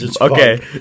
Okay